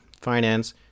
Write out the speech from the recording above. Finance